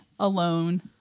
Alone